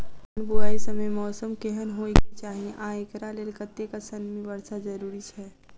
धान बुआई समय मौसम केहन होइ केँ चाहि आ एकरा लेल कतेक सँ मी वर्षा जरूरी छै?